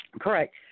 Correct